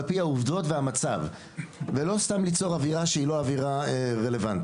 פי העובדות והמצב ולא סתם ליצור אווירה שהיא לא אווירה רלוונטית.